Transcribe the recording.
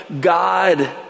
God